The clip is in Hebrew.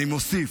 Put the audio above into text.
אני מוסיף: